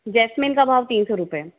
jasmine का भाव तीन सौ रुपए है